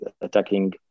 attacking